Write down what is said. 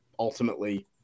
ultimately